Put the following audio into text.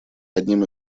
одним